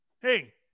Hey